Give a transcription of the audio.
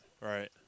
right